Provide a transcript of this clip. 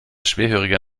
schwerhöriger